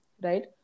right